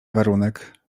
warunek